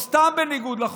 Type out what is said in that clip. או סתם בניגוד לחוק.